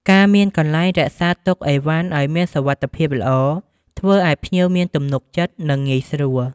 ការមានកន្លែងរក្សាទុកឥវ៉ាន់ឪ្យមានសុវត្ថភាពល្អ ធ្វើឱ្យភ្ញៀវមានទំនុកចិត្ត និង ងាយស្រួល។